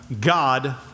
God